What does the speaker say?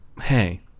Hey